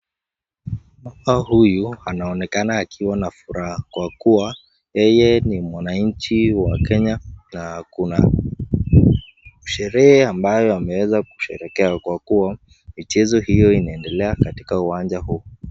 Mama huyu anaonekana akiwa na furaha kwa kuwa yeye ni mwananchi wa Kenya na kuna sherehe ambayo yeye ameweza kusherehekea kwa kuwa michezo hiyo inaendelea katika uwanja huu.